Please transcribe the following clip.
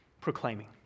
proclaiming